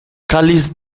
cáliz